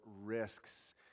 risks